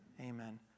amen